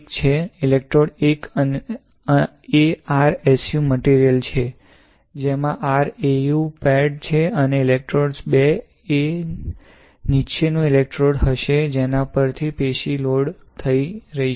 electrode 1 એ r SU 8 material છે જેમાં r AU પેડ છે અને ઇલેક્ટ્રોડ 2 એ નીચેનું ઇલેક્ટ્રોડ હશે જેના પર પેશી લોડ થઈ રહી છે